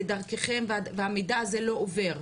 ודרככם המידע הזה לא עובר.